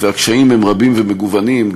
הקשיים הם רבים ומגוונים,